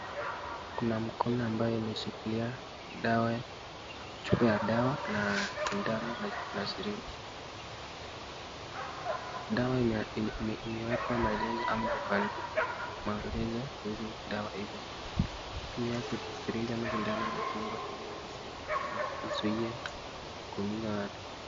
Kuna mkono ambaye imeshikilia dawa chupa ya dawa na shindano na [syringe], dawa imeweka maelezo ama imebandikwa maelezo kuhusu dawa ile, pia [syringe] ama shindano imefungwa ili iziue kuumiza watu.